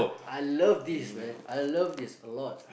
I love this man I love this a lot